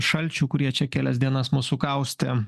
šalčių kurie čia kelias dienas mus sukaustę